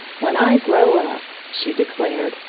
when i grow up, she declared,